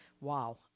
Wow